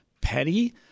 petty